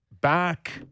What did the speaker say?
back